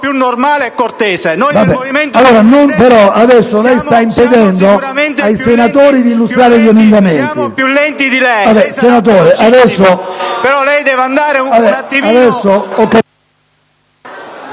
normale e cortese.